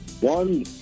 one